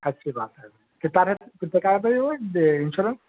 اچھی بات ہے کتنا ریٹ ہے کتنے کا ہے بھائی وہ انشورینس